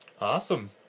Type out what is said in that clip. Awesome